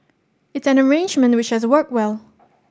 it's an arrangement which has worked well